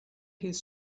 his